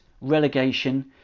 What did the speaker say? relegation